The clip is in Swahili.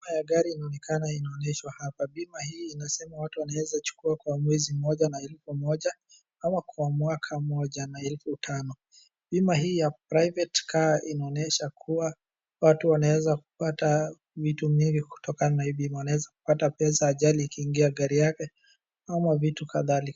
Bima ya gari inaonekana inonyeshwa hapa. Bima hii inasema watu wanaweza chukua kwa mwezi mmoja na elfu moja, ama kwa mwaka mmoja na elfu tano. Bima hii ya private car inaonesha kuwa watu wanaeza kupata vitu mingi. Kutokana na hii bima unaweza kupata pesa ajali ikingia gari yake ama vitu kadhalika.